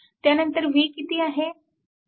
त्यानंतर v किती आहे